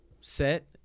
set